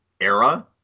era